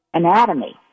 anatomy